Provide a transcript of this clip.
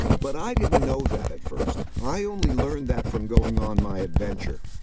but i didn't know that at first. i only learned that from going on my adventure.